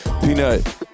Peanut